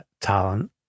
talent